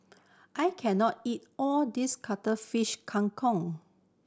I can not eat all this Cuttlefish Kang Kong